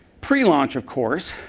prelaunch, of course,